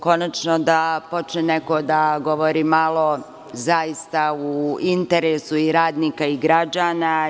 Konačno da neko počne da govori malo u interesu i radnika i građana.